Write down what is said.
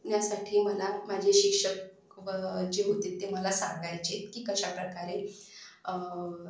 ण्यासाठी मला माझे शिक्षक व जे होते ते मला सांगायचे की कशाप्रकारे